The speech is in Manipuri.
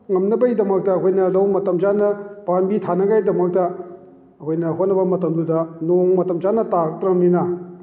ꯉꯝꯅꯕꯒꯤꯗꯃꯛꯇ ꯑꯩꯈꯣꯏꯅ ꯂꯧ ꯃꯇꯝ ꯆꯥꯅ ꯄꯥꯝꯕꯤ ꯊꯥꯅꯉꯥꯏꯒꯤꯗꯃꯛꯇ ꯑꯩꯈꯣꯏꯅ ꯍꯣꯠꯅꯕ ꯃꯇꯝꯗꯨꯗ ꯅꯣꯡ ꯃꯇꯝ ꯆꯥꯅ ꯇꯥꯔꯛꯇ꯭ꯔꯕꯅꯤꯅ